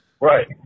right